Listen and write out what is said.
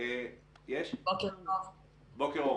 בוקר טוב,